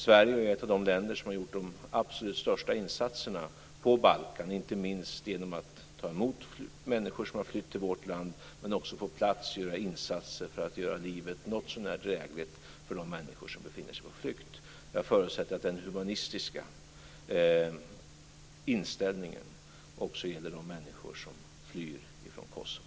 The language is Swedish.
Sverige är ett av de länder som har gjort de absolut största insatserna på Balkan, inte minst genom att ta emot människor som har flytt till vårt land, men också genom att på plats göra insatser för att göra livet någotsånär drägligt för de människor som befinner sig på flykt. Jag förutsätter att den humanistiska inställningen också gäller de människor som flyr från Kosovo.